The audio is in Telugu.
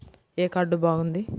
ఏ కార్డు బాగుంది?